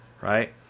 right